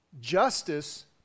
justice